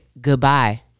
goodbye